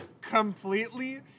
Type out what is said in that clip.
completely